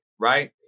right